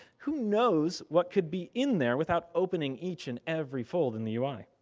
who knows what could be in there without opening each and every fold in the ui.